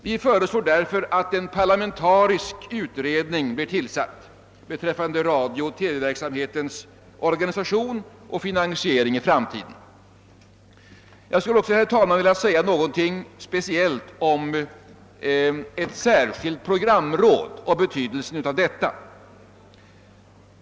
Därför föreslår vi att en parlamentarisk utredning tillsätts för att utreda radiooch TV-verksamhetens organisation och finansiering i framtiden. Herr talman! Jag skulle också vilja säga några ord om ett särskilt programråd och betydelsen härav.